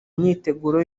myiteguro